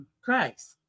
christ